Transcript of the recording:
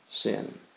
sin